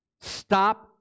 stop